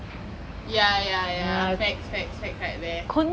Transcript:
ya ya ya facts facts right there